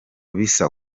bisa